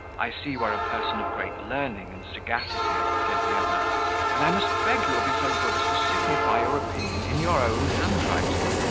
i see you are a person of great learning and sagacity, said the other and i must beg you will be so good as to signify your opinion in your own handwriting.